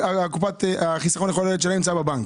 החיסכון שלהם נמצא בבנק.